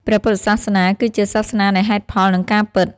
ព្រះពុទ្ធសាសនាគឺជាសាសនានៃហេតុផល និងការពិត។